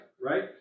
Right